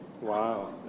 Wow